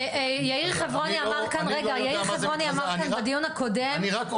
אני לא יודע מה זה מתחזה, אני רק אומר